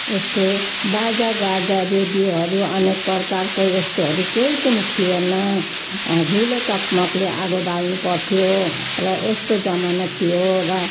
यस्तो बाजागाजा रेडियोहरू अनेक प्रकारको यस्तोहरू केही पनि थिएन झुलो चकमकले आगो बाल्नुपर्थ्यो र यस्तो जमाना थियो र